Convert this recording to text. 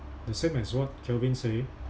the same as what kelvin say